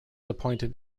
appointed